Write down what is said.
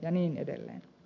ja niin edelleen